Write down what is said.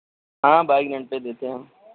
ہاں bike rent پہ دیتے ہیں ہم